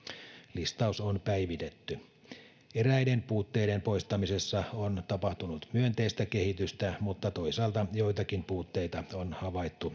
listaus on päivitetty eräiden puutteiden poistamisessa on tapahtunut myönteistä kehitystä mutta toisaalta joitakin puutteita on havaittu